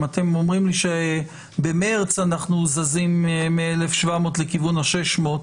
אם אתם אומרים לי שבמרץ אנחנו זזים מ-1,700 לכיוון ה-600,